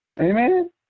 Amen